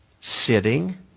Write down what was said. Sitting